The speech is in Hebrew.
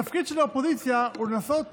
התפקיד של האופוזיציה הוא לנסות